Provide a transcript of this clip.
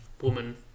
woman